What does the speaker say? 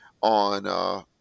on